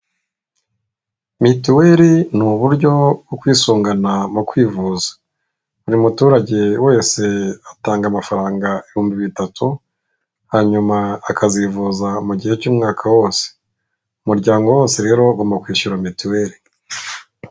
Mituweri ni uburyo bwo kwisungana mu kwivuza, buri muturage wese atanga amafaranga ibihumbi bitatu hanyuma akazivuza mu gihe cy'umwaka wose, umuryango wose rero ugomba kwishyura mituweri.